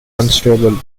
unstable